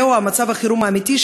זהו מצב החירום האמיתי,